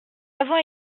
avons